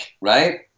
right